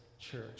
church